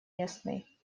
местный